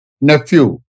nephew